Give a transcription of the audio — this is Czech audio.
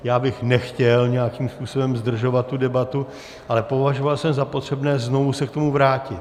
Já bych nechtěl nějakým způsobem zdržovat tu debatu, ale považoval jsem za potřebné znovu se k tomu vrátit.